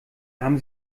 haben